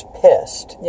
pissed